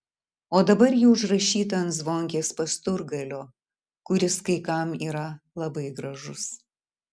o dabar ji užrašyta ant zvonkės pasturgalio kuris kai kam yra labai gražus